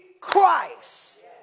Christ